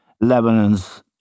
Lebanon's